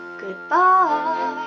Goodbye